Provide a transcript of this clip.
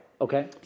Okay